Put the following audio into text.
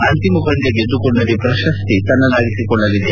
ಅಂತಿಮ ಪಂದ್ಲ ಗೆದ್ಲುಕೊಂಡಲ್ಲಿ ಪ್ರಶಸ್ತಿ ತನ್ನದಾಗಿಸಿಕೊಳ್ಳಲಿದೆ